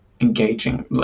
engaging